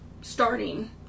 starting